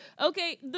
Okay